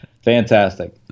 Fantastic